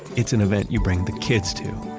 it's an event you bring the kids to.